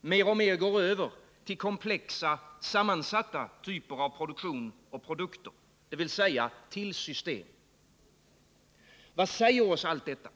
mer och mer går över till komplexa, sammansatta typer av produktion och produkter — dvs. till system. Vad säger oss allt detta?